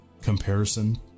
comparison